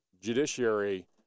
judiciary